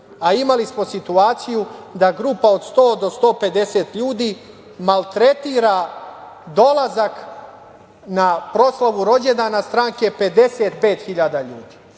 a imali smo situaciju da grupa od 100 do 150 ljudi maltretira dolazak na proslavu rođendana stranke 55.000 ljudi.